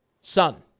Sun